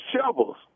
shovels